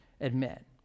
admit